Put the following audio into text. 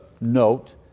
note